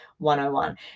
101